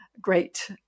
great